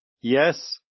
Yes